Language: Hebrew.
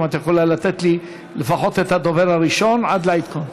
אם את יכולה לתת לי לפחות את הדובר הראשון עד לעדכון.